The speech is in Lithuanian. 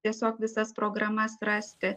tiesiog visas programas rasti